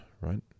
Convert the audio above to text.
right